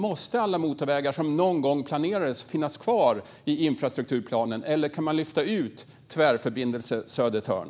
Måste alla motorvägar som någon gång planerats finns kvar i infrastrukturplanen, eller kan man lyfta ut Tvärförbindelse Södertörn?